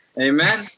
Amen